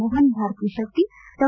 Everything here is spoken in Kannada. ಮೋಹನ್ ಭಾರತಿ ಶೆಟ್ಟಿ ಡಾ